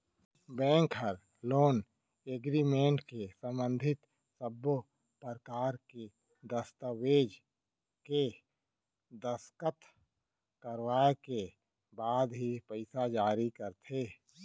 bank ह loan agreement ले संबंधित सब्बो परकार के दस्ताबेज के दस्कत करवाए के बाद ही पइसा जारी करथे